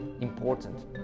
important